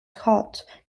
hut